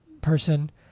person